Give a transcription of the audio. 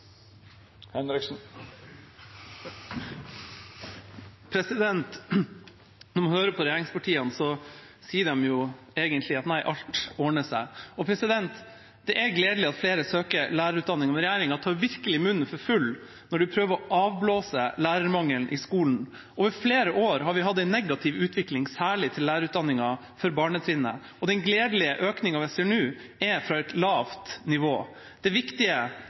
Når man hører på regjeringspartiene, sier de egentlig at alt ordner seg. Det er gledelig at flere søker på lærerutdanning, men regjeringa tar virkelig munnen for full når de prøver å avblåse lærermangelen i skolen. Over flere år har vi hatt en negativ utvikling, særlig for lærerutdanningen for barnetrinnet, og den gledelige økningen vi nå ser, er fra et lavt nivå. Det viktige